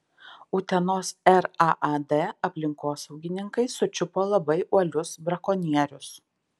utenos raad aplinkosaugininkai sučiupo labai uolius brakonierius